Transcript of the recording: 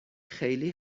خیلی